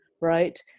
right